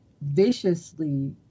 viciously